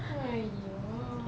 !haiyo!